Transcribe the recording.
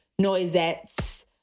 noisettes